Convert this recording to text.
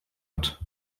hat